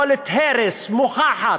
יכולת הרס מוכחת.